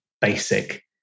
basic